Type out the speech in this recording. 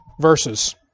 verses